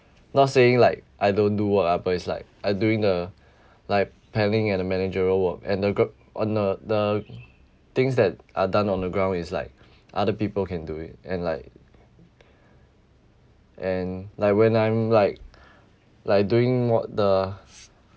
not saying like I don't do work ah but it's like I doing the like planning and the managerial work and a group on uh the things that are done on the ground is like other people can do it and like and like when I'm like like doing more the